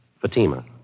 Fatima